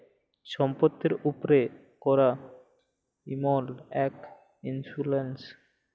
ছম্পত্তির উপ্রে ক্যরা ইমল ইক ইল্সুরেল্স